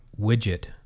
widget